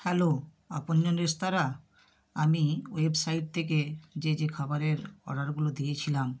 hello Apanjan restaurant আমি website থেকে যে যে খাবারের অর্ডারগুলো দিয়েছিলাম